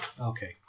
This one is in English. Okay